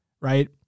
right